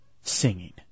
singing